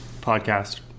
podcast